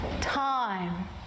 time